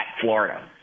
Florida